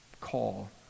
call